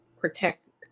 protected